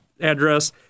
address